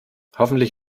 hoffentlich